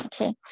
okay